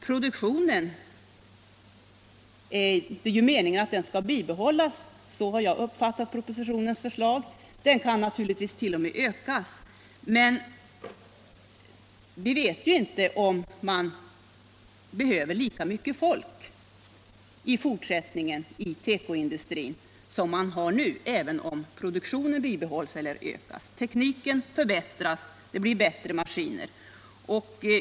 Det är meningen att produktionen inom tekoindustrin skall bibehållas — så har åtminstone jag uppfattat propositionens förslag — och den kan naturligtvis också ökas, men vi vet inte om det under dessa omständigheter behövs lika mycket folk i fortsättningen i tekoindustrin som nu. Tekniken förbättras, och det blir bättre maskiner.